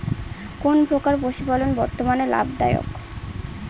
কোন প্রকার পশুপালন বর্তমান লাভ দায়ক?